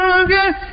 again